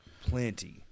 Plenty